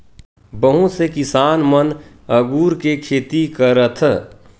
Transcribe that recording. बहुत से किसान मन अगुर के खेती करथ